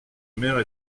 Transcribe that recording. mère